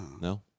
No